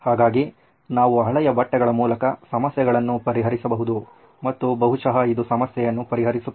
ಹಾಗಾಗಿ ನಾವು ಹಳೆಯ ಬಟ್ಟೆಗಳ ಮೂಲಕ ಸಮಸ್ಯೆಗಳನ್ನು ಪರಿಹರಿಸಬಹುದು ಮತ್ತು ಬಹುಶಃ ಇದು ಸಮಸ್ಯೆಯನ್ನು ಪರಿಹರಿಸುತ್ತದೆ